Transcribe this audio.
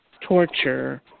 torture